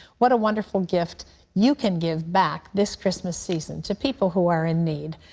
what a wonderful gift you can give back this christmas season to people who are in need.